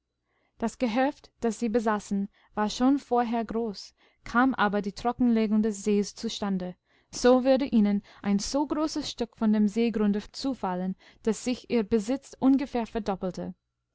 das gehöft das sie besaßen war schon vorher groß kam aber die trockenlegung des sees zustande so würde ihnen ein so großes stück von dem seegrunde zufallen daß sich ihr besitz ungefähr verdoppelte